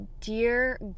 dear